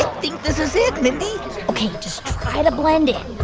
think this is it, mindy ok, just try to blend in.